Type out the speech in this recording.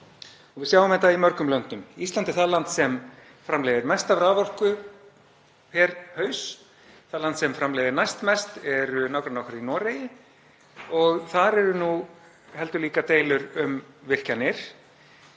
Við sjáum þetta í mörgum löndum. Ísland er það land sem framleiðir mesta raforku á haus. Það land sem framleiðir næstmest eru nágrannar okkar í Noregi og þar eru nú heldur en ekki líka deilur um virkjanir.